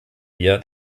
wir